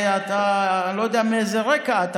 אני לא יודע מאיזה רקע אתה,